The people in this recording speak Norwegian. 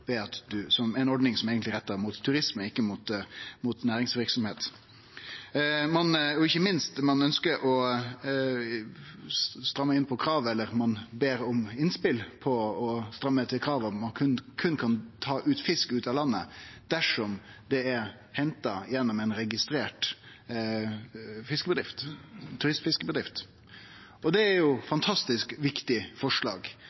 ordning som eigentleg er retta mot turisme, ikkje mot næringsverksemd. Ikkje minst ønskjer ein å stramme inn på kravet, eller ein ber om innspel på å stramme til kravet, at ein berre kan ta fisk ut av landet dersom han er henta gjennom ei registrert turistfiskebedrift. Det er eit fantastisk viktig forslag,